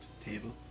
table